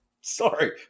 Sorry